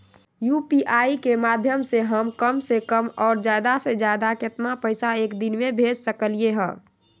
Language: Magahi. यू.पी.आई के माध्यम से हम कम से कम और ज्यादा से ज्यादा केतना पैसा एक दिन में भेज सकलियै ह?